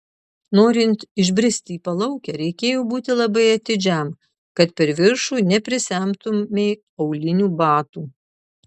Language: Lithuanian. norint išbristi į palaukę reikėjo būti labai atidžiam kad per viršų neprisemtumei aulinių batų